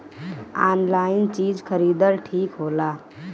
Online चीज खरीदल ठिक होला?